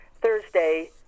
Thursday